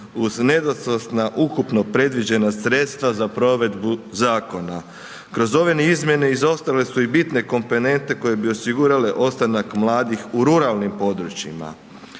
Uz nedostatna ukupno predviđena sredstva za provedbu zakona. Kroz ove izmjene izostale su i bitne komponente koje bi osigurale ostanak mladih u ruralnim područjima.